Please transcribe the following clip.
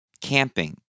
camping